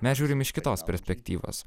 mes žiūrim iš kitos perspektyvos